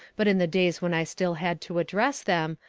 but in the days when i still had to address them,